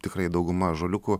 tikrai dauguma ąžuoliukų